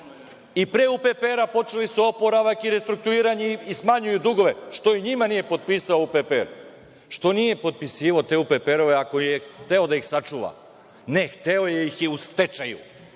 i pre UPPR počeli su oporavak i restrukturiranje i smanjuju dugove. Što njima nije potpisao UPPR? Što nije potpisivao te UPPR ako je hteo da ih sačuva? Ne, hteo ih je u stečaju. Cela